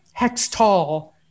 Hextall